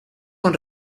con